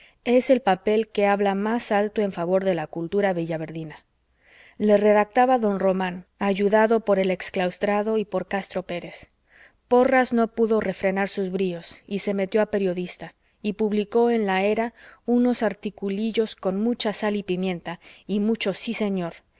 es el papel que habla más alto en favor de la cultura villaverdina le redactaba don román ayudado por el exclaustrado y por castro pérez porras no pudo refrenar sus bríos y se metió a periodista y publicó en la era unos articulillos con mucha sal y pimienta y mucho sí señor